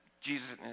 Jesus